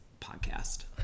podcast